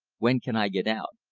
when can i get out?